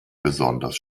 besonders